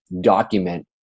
document